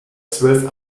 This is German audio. zwölf